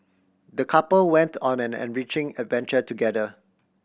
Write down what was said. the couple went on an enriching adventure together